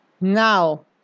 Now